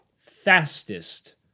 fastest